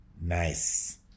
nice